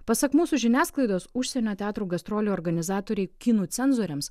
pasak mūsų žiniasklaidos užsienio teatrų gastrolių organizatoriai kinų cenzoriams